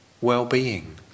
well-being